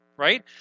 Right